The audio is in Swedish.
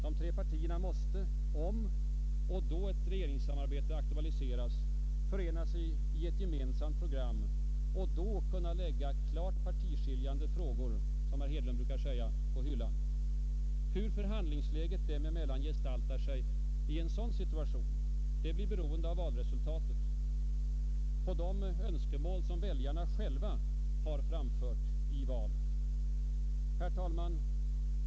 De tre partierna måste, om och då ett regeringssamarbete aktualiseras, förena sig om ett gemensamt program och lägga klart partiskiljande frågor — som herr Hedlund brukar säga — ”på hyllan”. Hur förhandlingsläget dem emellan gestaltar sig i en sådan situation blir beroende av valresultatet, på de önskemål väljarna själva framfört i valet. Herr talman!